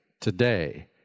today